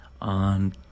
on